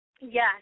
Yes